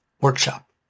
workshop